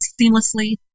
seamlessly